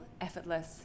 effortless